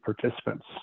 participants